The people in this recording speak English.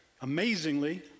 amazingly